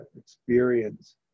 experience